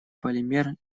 полимер